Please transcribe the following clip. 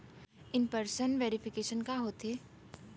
In person verification का होथे?